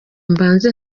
mbanze